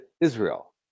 Israel